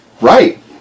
Right